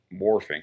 morphing